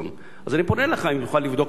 אז אני פונה אליך אם תוכל לבדוק את העניין הזה,